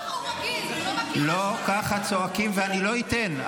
לא ככה צועקים, ואני לא אתן.